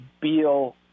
Beal